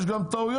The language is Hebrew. יש גם טעויות,